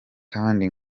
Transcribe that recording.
kandi